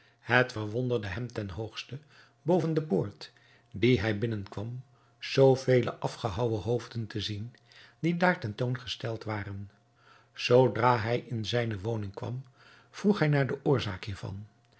het verwonderde hem ten hoogste boven de poort die hij binnenkwam zoo vele afgehouwen hoofden te zien die daar ten toon gesteld waren zoodra hij in zijne woning kwam vroeg hij naar de oorzaak hiervan